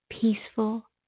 peaceful